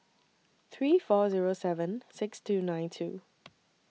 three four Zero seven six two nine two